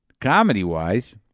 Comedy-wise